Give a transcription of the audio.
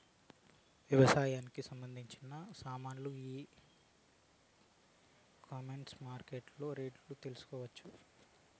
వ్యవసాయానికి సంబంధించిన సామాన్లు ఈ కామర్స్ మార్కెటింగ్ లో రేట్లు తెలుసుకోవచ్చా?